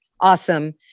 awesome